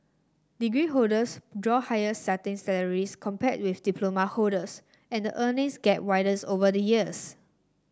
degree holders draw higher starting salaries compared with diploma holders and the earnings gap widens over the years